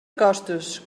costos